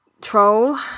troll